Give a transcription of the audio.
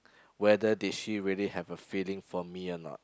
whether did she really have a feeling for me or not